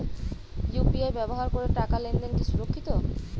UPI ব্যবহার করে টাকা লেনদেন কি সুরক্ষিত?